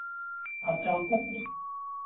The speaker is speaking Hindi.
अच्छा उसका भी